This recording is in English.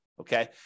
Okay